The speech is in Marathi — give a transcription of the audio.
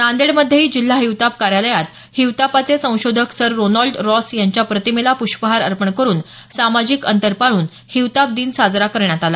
नांदेडमध्येही जिल्हा हिवताप कार्यालयात हिवतापाचे संशोधक सर रोनॉल्ड रॉस यांच्या प्रतिमेला प्ष्पहार अर्पण करून सामाजिक अंतर पाळून हिवताप दिन साजरा करण्यात आला